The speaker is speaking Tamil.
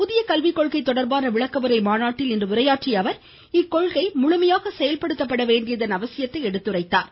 புதிய கல்விக் கொள்கை தொடர்பான விளக்கவுரை மாநாட்டில் இன்று உரையாற்றிய அவர் இக்கொள்கை முழுமையாக செயல்படுத்தப்பட வேண்டியதன் அவசியத்தை எடுத்துரைத்தார்